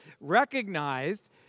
recognized